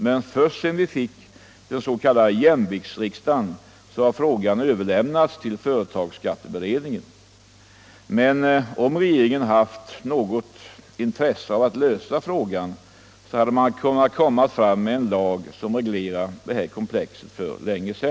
— men först sedan vi fått den s.k. jämviktsriksdagen har frågan överlämnats till företagsskatteberedningen. Om regeringen haft något intresse av att lösa problemet hade man för länge sedan kunnat komma med en ny lag som reglerar detta komplex.